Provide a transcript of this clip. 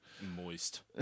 Moist